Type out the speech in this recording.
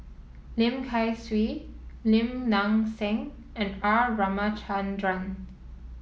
Lim Kay Siu Lim Nang Seng and R Ramachandran